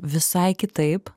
visai kitaip